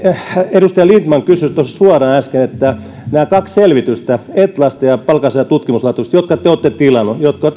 edustaja lindtman kysyi tuossa suoraan äsken että tukevatko nämä kaksi selvitystä etlalta ja palkansaajien tutkimuslaitokselta jotka te olette tilanneet ja jotka